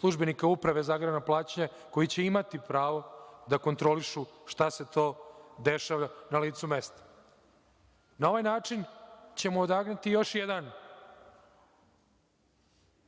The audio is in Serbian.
službenika uprave za agrarna plaćanja, koji će imati pravo da kontrolišu šta se to dešava na licu mesta. Na ovaj način, ćemo odagnati još jedan